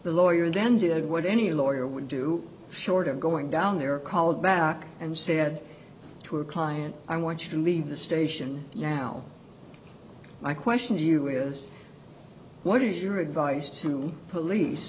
the lawyer then did what any lawyer would do short of going down there called back and said to our client i want you to leave the station now my question to you is what is your advice to police